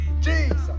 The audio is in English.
jesus